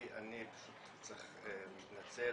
אני צריך להתנצל,